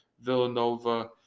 Villanova